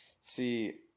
See